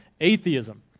Atheism